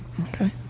Okay